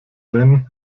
wenn